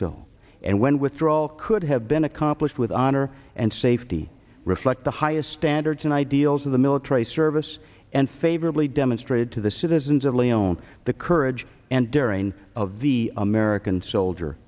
so and when withdrawal could have been accomplished with honor and safety reflect the highest standards and ideals of the military service and favorably demonstrated to the citizens of leone the courage and during of the american soldier